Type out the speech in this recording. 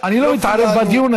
אני לא מתערב בדיון,